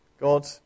God